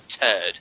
turd